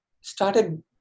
started